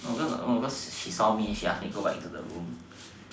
because because she saw me she ask me go back to the room